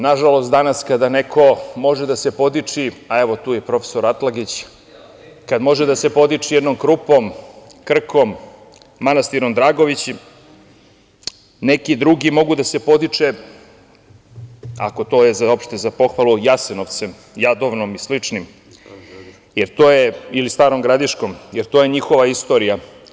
Nažalost, danas kada neko može da se podiči, a evo, tu je i profesor Atlagić, jednom Krupom, Krkom, manastirom Dragovići, neki drugi mogu da se podiče, ako je to uopšte za pohvalu, Jasenovcem, Jadovnom i sličnim, Starom Gradiškom, jer to je njihova istorija.